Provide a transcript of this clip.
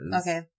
Okay